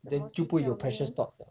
then 就不有 precious thoughts 了